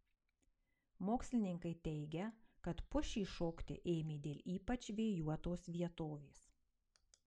mokslininkai teigia kad pušys šokti ėmė dėl ypač vėjuotos vietovės